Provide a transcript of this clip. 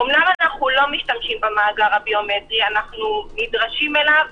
אמנם איננו משתמשים במאגר הביומטרי אנחנו נדרשים אליו,